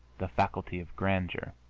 the faculty of grandeur.